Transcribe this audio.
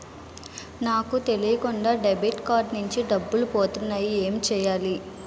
నాకు తెలియకుండా debit card నుంచి డబ్బులు పోతున్నాయి ఎం చెయ్యాలి?